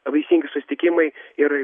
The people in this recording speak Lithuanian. vaisingi susitikimai ir